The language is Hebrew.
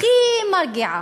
הכי מרגיעה,